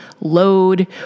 load